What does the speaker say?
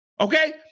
okay